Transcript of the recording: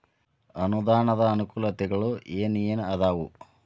ಅನುದಾನದ್ ಅನಾನುಕೂಲತೆಗಳು ಏನ ಏನ್ ಅದಾವ?